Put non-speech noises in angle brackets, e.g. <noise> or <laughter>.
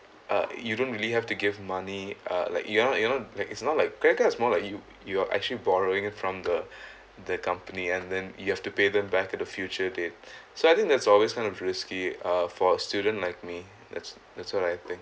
uh you don't really have to give money uh like ya you know like it's not like credit card is more like you you are actually borrowing from the <breath> the company and then you have to pay them back at the future date <breath> so I think that's always kind of risky uh for students like me that's that's what I think